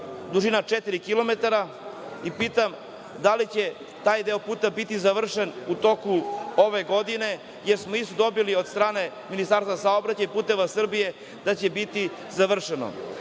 kilometra. Pitam da li će taj deo puta biti završen u toku ove godine, jer smo isto dobili od strane Ministarstva saobraćaja i „Puteva Srbije“ da će biti završeno?